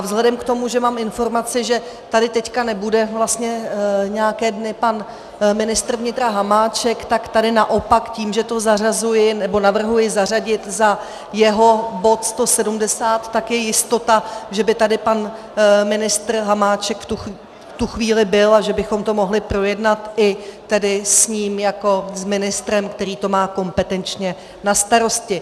Vzhledem k tomu, že mám informaci, že tady teď nebude vlastně nějaké dny pan ministr vnitra Hamáček, tak tady naopak tím, že to navrhuji zařadit za jeho bod číslo 170, tak je jistota, že by tady pan ministr Hamáček v tu chvíli byl a že bychom to mohli projednat i tedy s ním jako s ministrem, který to má kompetenčně na starosti.